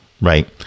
right